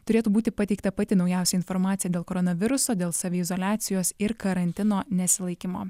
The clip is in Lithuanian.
turėtų būti pateikta pati naujausia informacija dėl koronaviruso dėl saviizoliacijos ir karantino nesilaikymo